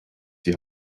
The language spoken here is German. die